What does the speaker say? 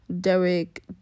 Derek